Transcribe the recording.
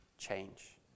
change